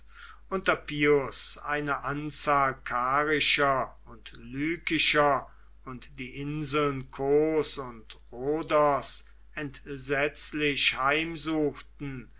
unter pius eine anzahl karischer und lykischer und die inseln kos und rhodos entsetzlich